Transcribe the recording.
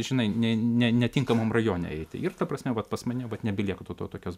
žinai ne ne netinkamam rajone eiti ir ta prasme vat pas mane bet nebelieka tokios